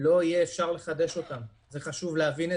צריכים לפתוח את השמיים, צריכים לנהל את